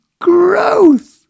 growth